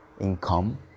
income